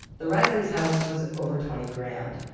the reisley's house was over twenty grand,